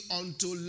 unto